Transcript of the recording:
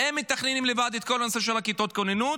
הם מתכננים לבד את כל נושא כיתות הכוננות.